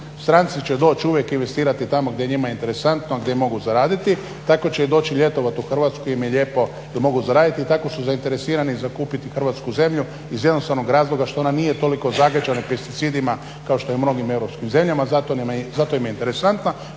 Stranci će doći uvijek i investirati tamo gdje je njima interesantno i gdje mogu zaraditi tako će doći ljetovati u Hrvatsku im je lijepo da mogu zaraditi i tako za zainteresirani kupiti hrvatsku zemlju iz jednostavnog razloga što ona nije toliko zagađena pesticidima kao što je u mnogim europskim zemljama zato im je interesantna.